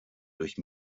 durch